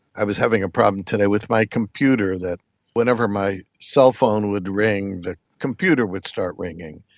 i was having a problem today with my computer, that whenever my cell phone would ring, the computer would start ringing,